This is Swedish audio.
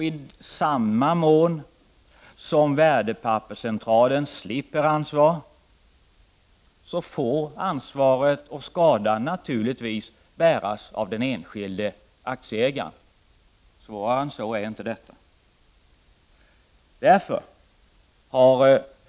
I samma mån som Värdepapperscentralen slipper ansvar, får ansvaret och skadan naturligtvis bäras av den enskilde aktieägaren. Svårare än så är inte detta.